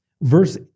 verse